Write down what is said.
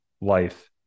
life